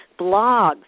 Blogs